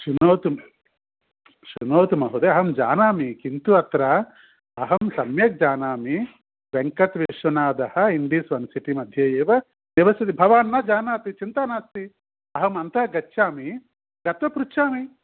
शृणोतु शृणोतु महोदय अहं जानामि किन्तु अत्र अहं सम्यक् जानामि वेङ्कट्विश्वनादः इण्डीस् वन् सिटि मध्ये एव निवसति भवान् न जानाति चिन्ता नास्ति अहं अन्तः गच्छामि गत्वा पृच्छामि